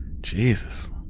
Jesus